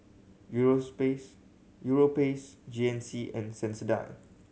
Europace G N C and Sensodyne